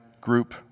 group